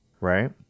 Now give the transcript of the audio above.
right